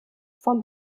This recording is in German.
vom